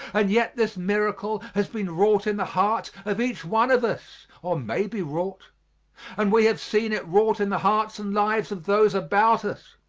and yet this miracle has been wrought in the heart of each one of us or may be wrought and we have seen it wrought in the hearts and lives of those about us.